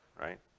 right